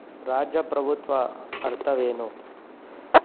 ರಾಜಪ್ರಭುತ್ವ ಅರ್ಥವೇನು